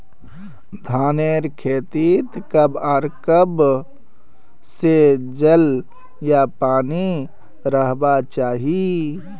धानेर खेतीत कब आर कब से जल या पानी रहबा चही?